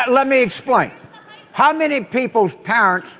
let me explain how many people's power.